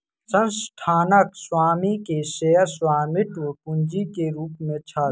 संस्थानक स्वामी के शेयर स्वामित्व पूंजी के रूप में छल